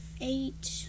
Eight